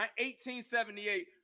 1878